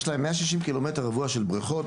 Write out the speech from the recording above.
יש להם 160 קילומטר רבוע של בריכות,